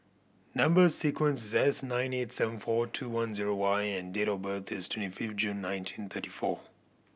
number sequence S nine eight seven four two one zero Y and date of birth is twenty fifth June nineteen thirty four